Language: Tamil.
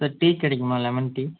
சார் டீ கிடைக்குமா லெமன் டீ